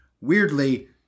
weirdly